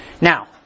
Now